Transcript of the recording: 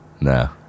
No